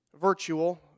virtual